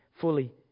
fully